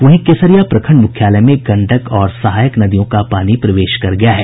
इधर केसरिया प्रखंड मुख्यालय में गंडक और सहायक नदियों का पानी प्रवेश कर गया है